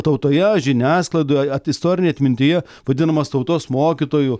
tautoje žiniasklaidoje istorinėje atmintyje vadinamas tautos mokytoju